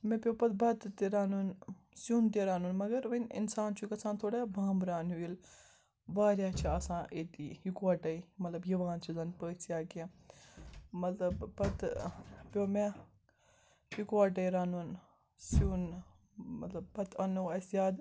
مےٚ پیوٚو پَتہٕ بَتہٕ تہِ رَنُن سیُن تہِ رَنُن مگر وۄنۍ اِنسان چھُ گَژھان تھوڑا بامبران ہیو ییٚلہِ وارِیاہ چھِ آسان ایٚتی یِکوَٹَے مطلب یِوان چھِ زَنہٕ پٔژھۍ یا کیٚنٛہہ مطلب پَتہٕ پیوٚو مےٚ اِکوَٹَے رَنُن سِیُن مطلب پَتہٕ اَنٛنو اَسہِ یادٕ